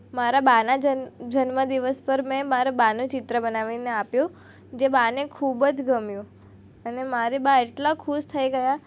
મારા બાના જન્મ દિવસ પર મેં મારા બાનું ચિત્ર બનાવીને આપ્યું જે બાને ખૂબ જ ગમ્યું અને મારી બા એટલા ખુશ થઈ ગયાં